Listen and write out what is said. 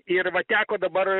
ir va teko dabar